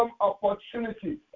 opportunity